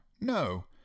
No